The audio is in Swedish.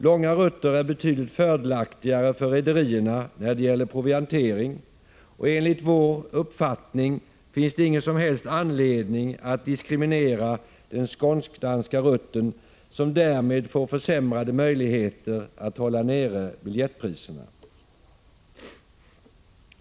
Långa rutter är betydligt fördelaktigare för rederierna när det gäller proviantering, och enligt vår uppfattning finns det ingen som helst anledning att diskriminera den skånsk-danska rutten — som därmed får försämrade möjligheter att hålla nere biljettpriserna.